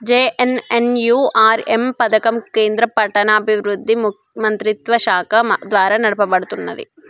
JNNURM పథకం కేంద్ర పట్టణాభివృద్ధి మంత్రిత్వశాఖ ద్వారా నడపబడుతున్నది